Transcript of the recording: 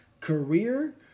career